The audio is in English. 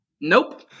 Nope